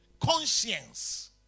Conscience